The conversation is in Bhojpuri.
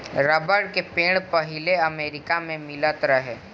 रबर के पेड़ पहिले अमेरिका मे मिलत रहे